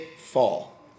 fall